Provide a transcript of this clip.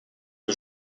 que